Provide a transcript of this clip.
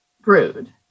brewed